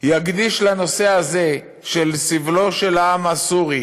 יקדיש לנושא הזה של סבלו של העם הסורי